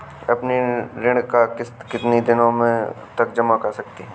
अपनी ऋण का किश्त कितनी दिनों तक जमा कर सकते हैं?